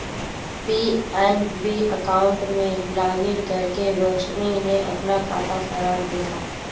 PNB account में login करके रोशनी ने अपना खाता सारांश देखा